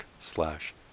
slash